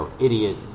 idiot